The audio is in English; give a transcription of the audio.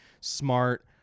smart